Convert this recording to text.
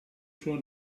suo